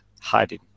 hiding